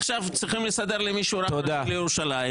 עכשיו צריכים לסדר למישהו רב ראשי לירושלים